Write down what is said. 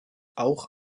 auch